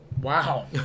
Wow